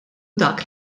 dak